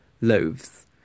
loaves